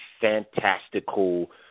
fantastical